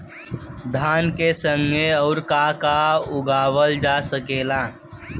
धान के संगे आऊर का का उगावल जा सकेला?